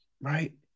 right